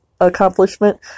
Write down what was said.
accomplishment